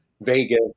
Vegas